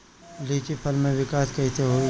लीची फल में विकास कइसे होई?